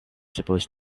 supposed